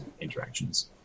interactions